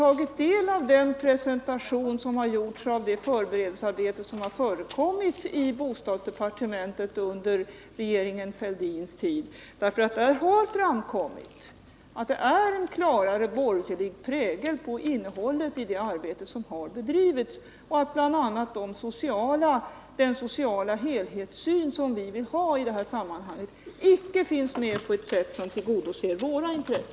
Av presentationen av det förberedelsearbete som har förekommit i bostadsdepartementet under regeringen Fälldins tid framgår det nämligen att innehållet har en klart borgerlig prägel, vilket framför allt leder till att den sociala helhetssyn som vi vill ha inte finns med på ett sätt som svarar mot våra krav.